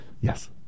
Yes